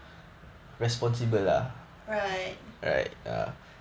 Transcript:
right